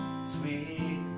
sweet